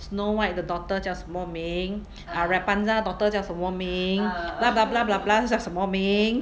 snow white the daughter 叫什么名 ah rapunzel daughter 叫什么名那 blah blah blah blah 叫什么名